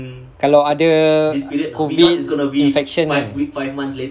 kalau ada COVID infection ah